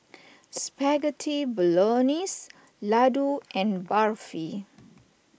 Spaghetti Bolognese Ladoo and Barfi